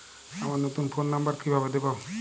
আমার নতুন phone number কিভাবে দিবো?